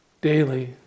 daily